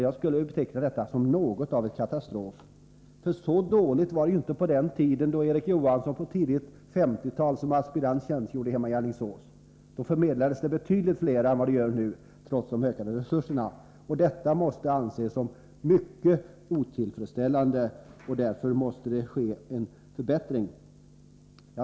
Jag skulle vilja beteckna detta som en katastrof. Så dåligt var det inte på den tiden då Erik Johansson under tidigt 1950-tal tjänstgjorde som aspirant hemma i Alingsås. Då förmedlades det betydligt fler arbeten än nu, trots de ökade resurserna. Dagens situation måste anses som mycket otillfredsställande, varför det måste bli en förbättring.